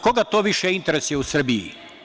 Koga to više interesuje u Srbiji?